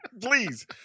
please